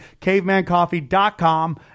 cavemancoffee.com